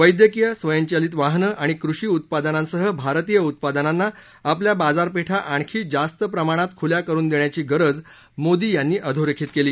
वैद्यकीय स्वयंचलित वाहन आणि कृषी उत्पादनांसह भारतीय उत्पादनांना आपल्या बाजारपेठा आणखी जास्त प्रमाणात खुल्या करून देण्याची गरज मोदी यांनी अधोरेखित केली